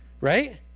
Right